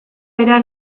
bera